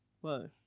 whoa